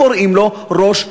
ראש הממשלה.